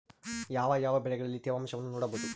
ಯಾವ ಯಾವ ಬೆಳೆಗಳಲ್ಲಿ ತೇವಾಂಶವನ್ನು ನೋಡಬಹುದು?